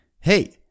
Hey